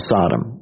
Sodom